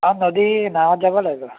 অঁ নদীৰ নাৱত যাব লাগিব